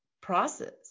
process